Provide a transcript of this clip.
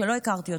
שלא הכרתי אותו.